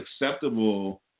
acceptable